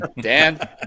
Dan